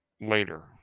later